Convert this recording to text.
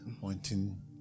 pointing